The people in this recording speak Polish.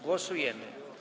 Głosujemy.